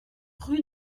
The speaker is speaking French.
route